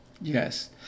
Yes